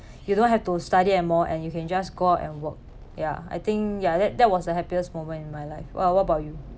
you don't have to study anymore and you can just go and work ya I think ya that that was the happiest moment in my life well what about you